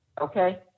okay